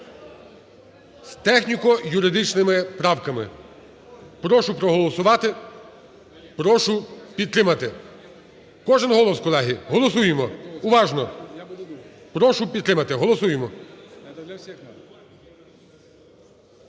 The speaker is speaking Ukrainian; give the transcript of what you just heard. з техніко-юридичними правками. Прошу проголосувати, прошу підтримати. Кожен голос, колеги, голосуємо, уважно. Прошу підтримати, голосуємо!